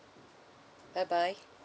bye bye